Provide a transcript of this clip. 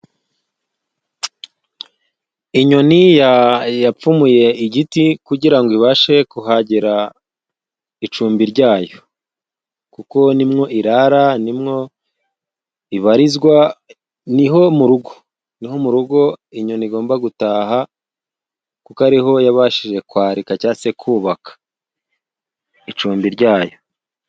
Inyoni yapfumuye igiti kugira ngo ibashe kuhagira icumbi ryayo. Kuko ni mwo irara ni mwo ibarizwa, ni ho mu rugo. Ni ho mu rugo inyoni igomba gutaha, kuko ari ho yabashije kwarika cangwa se kubaka icumbi ryayo.